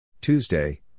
Tuesday